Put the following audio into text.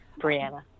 Brianna